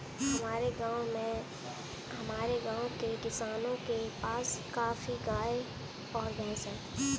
हमारे गाँव के किसानों के पास काफी गायें और भैंस है